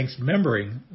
thanksmembering